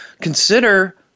Consider